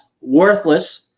worthless